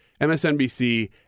MSNBC